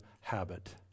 habit